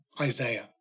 Isaiah